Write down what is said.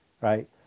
right